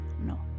No